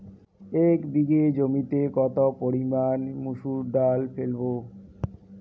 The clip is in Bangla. এক বিঘে জমিতে কত পরিমান মুসুর ডাল ফেলবো?